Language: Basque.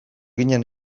ginen